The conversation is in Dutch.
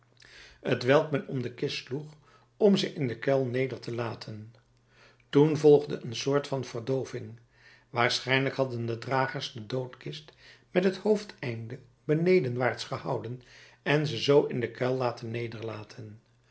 t welk men om de kist sloeg om ze in den kuil neder te laten toen volgde een soort van verdooving waarschijnlijk hadden de dragers de doodkist met het hoofdeinde benedenwaarts gehouden en ze zoo in den kuil laten